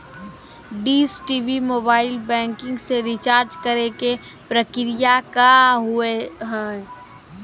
Dish TV mobile banking से recharge करे के प्रक्रिया का हाव हई?